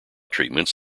treatments